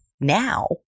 now